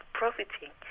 profiting